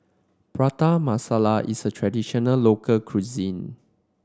Prata Masala is a traditional local cuisine